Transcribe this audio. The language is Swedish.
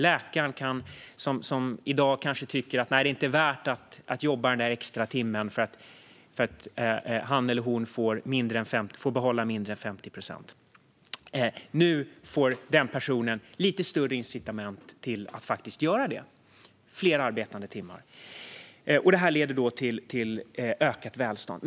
En läkare tycker kanske inte i dag att det är värt att jobba den där extra timmen eftersom han eller hon får behålla mindre än 50 procent. Nu får den personen lite starkare incitament att faktiskt göra det. Det blir fler arbetade timmar, och det leder till ett ökat välstånd.